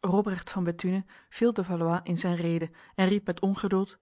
robrecht van bethune viel de valois in zijn rede en riep met ongeduld